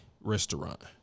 restaurant